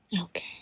Okay